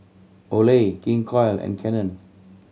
Olay King Koil and Canon